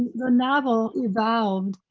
the novel evolved